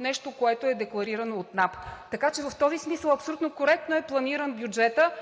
нещо, което е декларирано от НАП. Така че в този смисъл абсолютно коректно е планиран бюджетът.